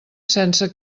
sense